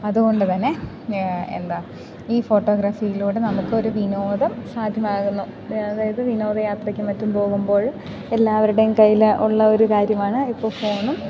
അതുകൊണ്ടുതന്നെ എന്താ ഈ ഫോട്ടോഗ്രാഫിയിലൂടെ നമുക്കൊരു വിനോദം സാധ്യമാകുന്നു അതായത് വിനോദ യാത്രയ്ക്കും മറ്റും പോകുമ്പോൾ എല്ലാവരുടെയും കയ്യിൽ ഉള്ള ഒരു കാര്യമാണ് ഇപ്പോൾ ഫോണും